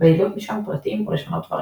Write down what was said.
ולדלות משם פרטים או לשנות דברים.